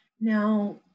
now